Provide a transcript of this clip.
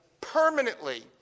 permanently